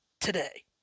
today